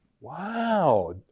Wow